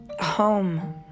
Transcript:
home